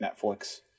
Netflix